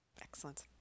Excellent